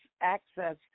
access